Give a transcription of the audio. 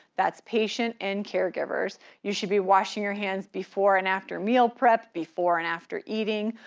that's patient and caregivers. you should be washing your hands before and after meal prep, before and after eating,